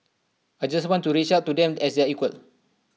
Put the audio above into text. I just want to reach out to them as their equal